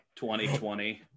2020